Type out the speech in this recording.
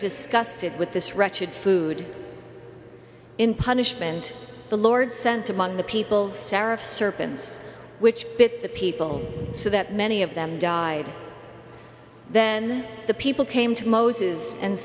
disgusted with this wretched food in punishment the lord sent among the people saraf serpents which bit the people so that many of them died then the people came to moses and